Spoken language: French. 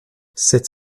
cette